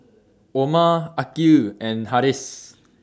Omar Aqil and Harris